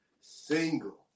single